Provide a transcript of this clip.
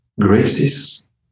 graces